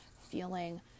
feeling